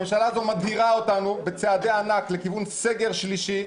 הממשלה הזו מדהירה אותנו בצעדי ענק לכיוון סגר שלישי,